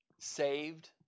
Saved